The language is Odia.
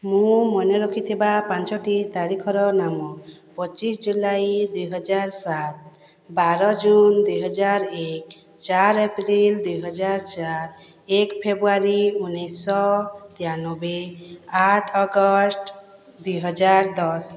ମୁଁ ମନେ ରଖିଥିବା ପାଞ୍ଚୋଟି ତାରିଖର ନାମ ପଚିଶ ଜୁଲାଇ ଦୁଇହଜାରସାତ ବାର ଜୁନ ଦୁଇହଜାରଏକ ଚାର ଏପ୍ରିଲ ଦୁଇହଜାରଚାର ଏକ ଫେବୃୟାରୀ ଉଣେଇଶିଶହତେୟାନବେ ଆଠ ଅଗଷ୍ଟ ଦୁଇହଜାରଦଶ